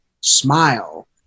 smile